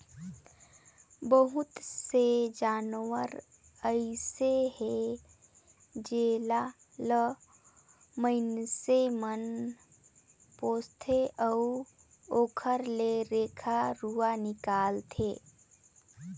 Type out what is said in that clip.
बहुत से जानवर अइसे हे जेला ल माइनसे मन पोसथे अउ ओखर ले रेखा रुवा निकालथे